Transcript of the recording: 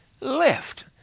left